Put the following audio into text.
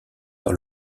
par